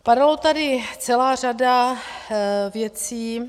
Padala tady celá řada věcí.